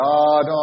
God